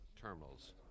terminals